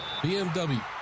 BMW